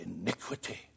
iniquity